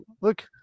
look